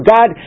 God